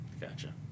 Gotcha